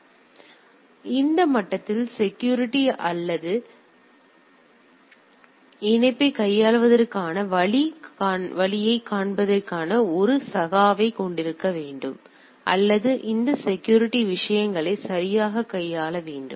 எனவே அந்த மட்டத்தில் உள்ள செக்யூரிட்டி அந்த அல்லது இணைப்பைக் கையாள்வதற்கான வழியைக் காண்பதற்கான ஒரு சகாவைக் கொண்டிருக்க வேண்டும் அல்லது அந்த செக்யூரிட்டி விஷயங்களை சரியாகக் கையாள வேண்டும்